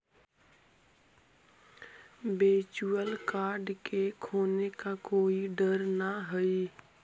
virtual card के खोने का कोई डर न हई